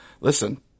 listen